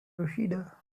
yoshida